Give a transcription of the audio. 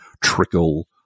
trickle